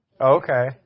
okay